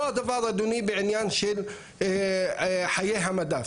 אותו דבר אדוני בעניין של חיי המדף.